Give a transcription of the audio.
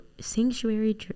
sanctuary